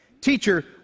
Teacher